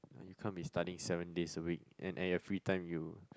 you can't be studying seven days a week and at your free time you